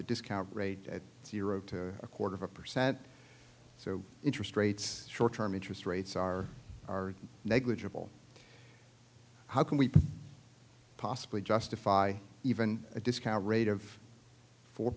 the discount rate at zero to a quarter of a percent so interest rates short term interest rates are are negligible how can we possibly justify even a discount rate of four